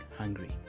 hungry